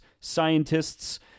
scientists